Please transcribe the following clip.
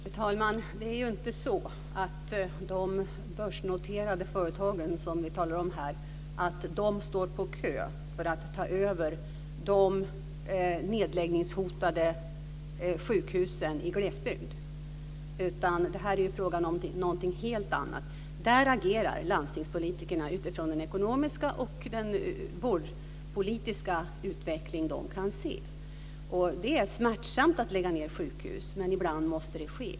Fru talman! Det är ju inte så att de börsnoterade företag som vi talar om här står på kö för att ta över de nedläggningshotade sjukhusen i glesbygden. Här är det frågan om någonting helt annat. Landstingspolitikerna agerar utifrån den ekonomiska och vårdpolitiska utveckling de kan se. Det är smärtsamt att lägga ned sjukhus, men ibland måste det ske.